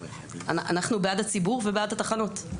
אנחנו בעד הציבור ובעד התחנות.